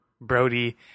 Brody